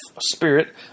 Spirit